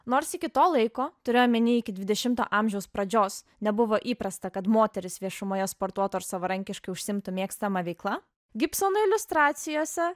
nors iki to laiko turiu omeny iki dvidešimto amžiaus pradžios nebuvo įprasta kad moterys viešumoje sportuotų ar savarankiškai užsiimtų mėgstama veikla gibsono iliustracijose